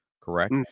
Correct